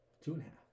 Two-and-a-half